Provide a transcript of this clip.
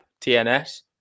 TNS